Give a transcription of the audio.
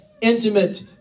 intimate